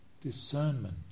Discernment